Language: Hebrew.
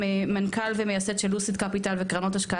מנכ"ל ומייסד של לוסיד קפיטל וקרנות השקעה